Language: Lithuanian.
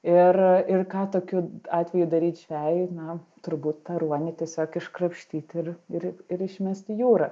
ir ir ką tokiu atveju daryt žvejui na turbūt tą ruonį tiesiog iškrapštyt ir ir ir išmest į jūrą